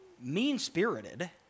mean-spirited